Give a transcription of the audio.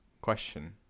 question